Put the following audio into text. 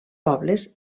pobles